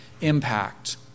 impact